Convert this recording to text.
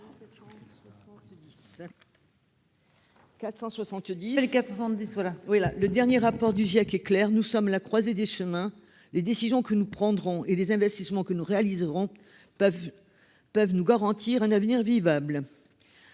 du climat (Giec) est clair : nous sommes à la croisée des chemins. Les décisions que nous prendrons et les investissements que nous réaliserons peuvent nous garantir un avenir vivable.